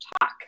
talk